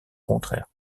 contraire